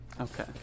Okay